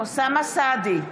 אוסאמה סעדי,